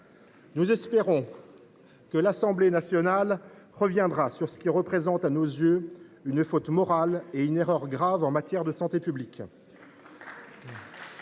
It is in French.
Nous espérons que l’Assemblée nationale reviendra sur ce qui représente à nos yeux une faute morale et une erreur grave en matière de santé publique.